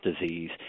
disease